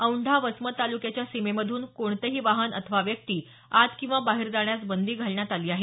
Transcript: औंढा वसमत तालुक्याच्या सीमेमधून कोणतेही वाहन अथवा व्यक्ती आत किंवा बाहेर जाण्यास बंदी घालण्यात आली आहे